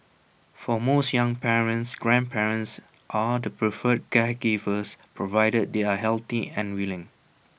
for most young parents grandparents are the preferred caregivers provided they are healthy and willing